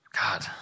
God